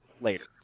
later